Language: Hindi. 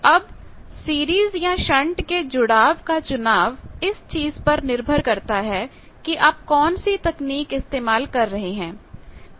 अब सीरीज तथा शंट के जुड़ावका चुनाव इस चीज पर निर्भर करता है कि आप कौन सी तकनीक इस्तेमाल कर रहे हैं